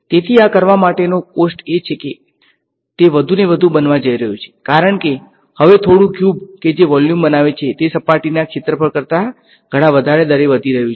તેથી આ કરવા માટેનો કોસ્ટ એ છે કે તે વધુ ને વધુ બનવા જઈ રહ્યો છે કારણ કે હવે થોડું ક્યુબ કે જે વોલ્યુમ બનાવે છે તે સપાટીના ક્ષેત્રફળ કરતા ઘણા વધારે દરે વધી રહ્યું છે